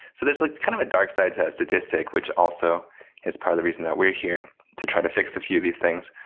so, there's like kind of a dark side to that statistic, which also is part of the reason that we're here to try to fix a few of these things,